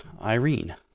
Irene